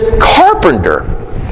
carpenter